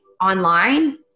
online